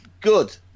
Good